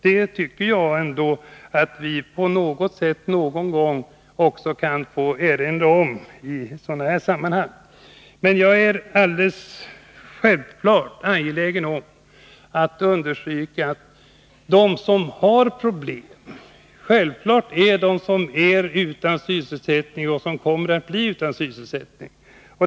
Det tycker jag att vi på något sätt någon gång kan få erinra om i sådana här sammanhang. Jag är självfallet angelägen om att understryka att de som har problem är de som är utan sysselsättning och som kommer att bli utan sysselsättning.